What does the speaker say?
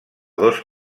dos